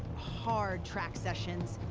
hard track sessions,